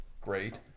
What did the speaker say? Great